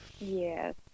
Yes